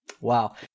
Wow